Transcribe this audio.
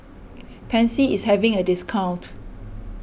Pansy is having a discount